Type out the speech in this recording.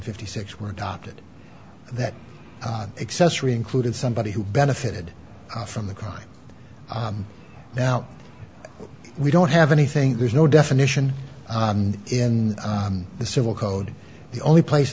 fifty six were adopted that accessory included somebody who benefited from the crime now we don't have anything there's no definition in the civil code the only place